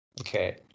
okay